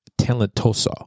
Talentoso